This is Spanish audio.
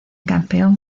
campeón